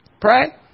Pray